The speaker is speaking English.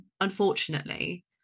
Unfortunately